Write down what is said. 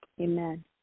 Amen